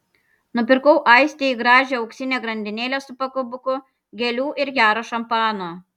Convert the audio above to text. nupirkau aistei gražią auksinę grandinėlę su pakabuku gėlių ir gero šampano